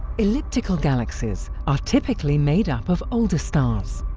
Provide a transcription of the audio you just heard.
elliptical galaxies are typically made up of older stars.